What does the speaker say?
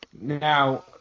Now